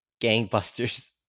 gangbusters